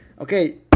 Okay